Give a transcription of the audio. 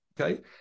Okay